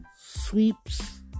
sweeps